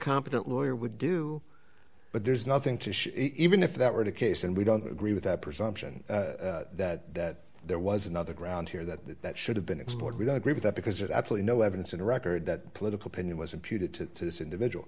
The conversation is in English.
competent lawyer would do but there's nothing to show even if that were the case and we don't agree with that presumption that that there was another ground here that that should have been explored we don't agree with that because it actually no evidence in the record that political opinion was imputed to this individual